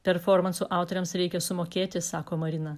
performansų autoriams reikia sumokėti sako marina